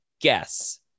guess